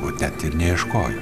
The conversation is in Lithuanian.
o net ir neieškojo